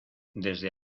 desde